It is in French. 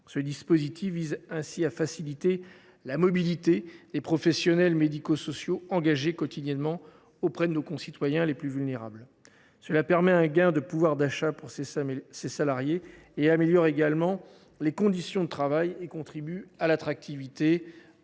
Ce dispositif vise à faciliter la mobilité des professionnels médico sociaux, engagés quotidiennement auprès de nos concitoyens les plus vulnérables. Cela permet un gain de pouvoir d’achat pour ces salariés, améliore leurs conditions de travail et contribue à l’attractivité